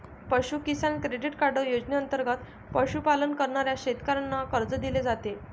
पशु किसान credit card योजनेंतर्गत पशुपालन करणाऱ्या शेतकऱ्यांना कर्ज दिले जाते